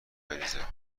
بریزه